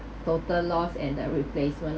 total loss and the replacement